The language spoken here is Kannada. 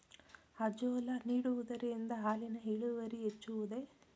ಅಜೋಲಾ ನೀಡುವುದರಿಂದ ಹಾಲಿನ ಇಳುವರಿ ಹೆಚ್ಚುವುದೇ?